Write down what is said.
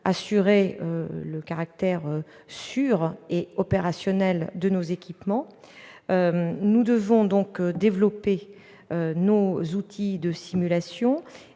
assurer le caractère sûr et opérationnel de nos équipements. Nous devons développer nos outils de simulation